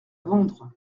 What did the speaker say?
vendre